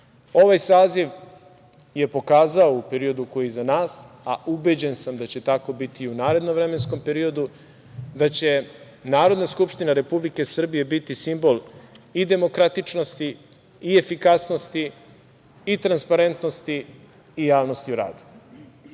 nas. Ovaj saziv je pokazao u periodu koji je iza nas, a ubeđen sam da će tako biti i u narednom vremenskom periodu da će Narodna skupština Republike Srbije biti simbol i demokratičnosti, i efikasnosti, i transparentnosti, i javnosti u radu. Da